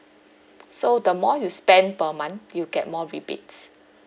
so the more you spend per month you get more rebates